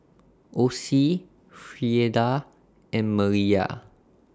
Osie Frieda and Maliyah